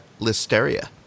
Listeria